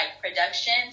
production